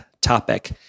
topic